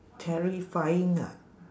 terrifying ah